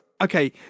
Okay